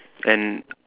and